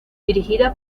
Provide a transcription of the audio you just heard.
dirigida